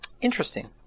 Interesting